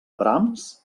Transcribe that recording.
brams